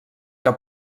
que